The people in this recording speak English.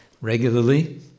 regularly